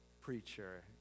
preacher